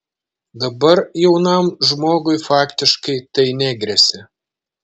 dabar jaunam žmogui faktiškai tai negresia